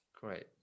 great